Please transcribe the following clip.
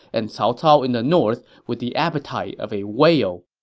and cao cao in the north with the appetite of a whale.